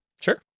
Sure